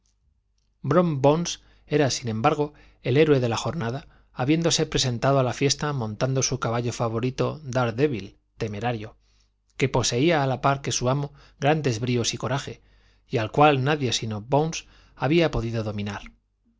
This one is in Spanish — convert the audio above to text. brom bones era sin embargo el héroe de la jornada habiéndose presentado a la fiesta montando su caballo favorito daredevil temerario que poseía a la par que su amo grandes bríos y coraje y al cual nadie sino bones habría podido dominar